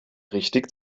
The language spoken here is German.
richtig